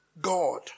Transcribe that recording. God